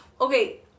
okay